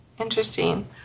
interesting